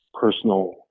personal